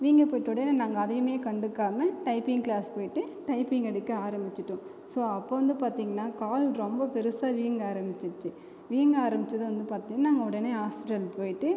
வீங்கி போயிகிட்ட உடனே நாங்கள் அதையுமே கண்டுக்காமல் டைப்ப்பிங் கிளாஸ் போயிட்டு டைப்பிங் அடிக்க ஆரம்பிச்சிட்டோம் ஸோ அப்போது வந்து பார்த்திங்னா கால் ரொம்ப பெருசாக வீங்க ஆரம்பிச்சிட்டு வீங்க ஆரம்பிச்சதும் வந்து பார்த்திங்னா நாங்க உடனே ஹாஸ்பிடல் போயிட்டு